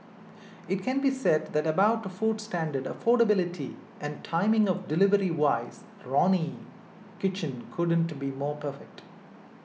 it can be said that about food standard affordability and timing of delivery wise Ronnie Kitchen couldn't be more perfect